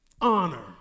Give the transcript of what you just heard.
honor